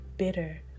Bitter